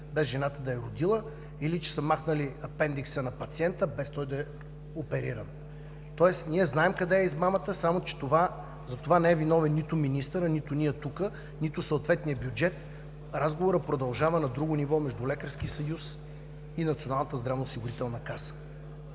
без жената да е родила, или че са махнали апендикса на пациента, без той да е опериран. Тоест ние знаем къде е измамата, само че за това не е виновен нито министърът, нито ние тук, нито съответният бюджет. Разговорът продължава на друго ниво – между Лекарския съюз и Националната здравноосигурителна каса.